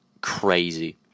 crazy